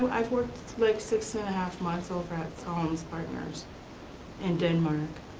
um i've worked like six and a half months over at salm partners in denmark.